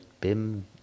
BIM